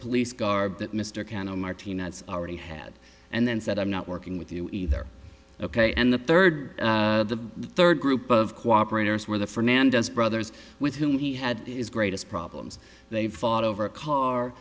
police garb that mr cannon martinez already had and then said i'm not working with you either ok and the third the third group of cooperators where the fernandez brothers with whom he had his greatest problems they fought over a car